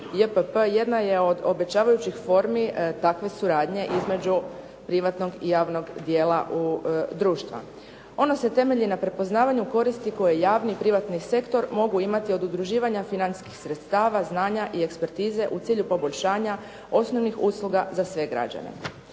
jedna je od obećavajućih formi takve suradnje između privatnog i javnog dijela društva. Ono se temelji na prepoznavanju koristi koje javni i privatni sektor mogu imati od udruživanja financijskih sredstava, znanja i ekspertize u cilju poboljšanja osnovnih usluga za sve građane.